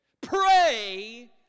Pray